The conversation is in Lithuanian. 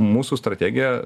mūsų strategija